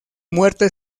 muerte